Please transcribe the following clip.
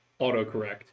autocorrect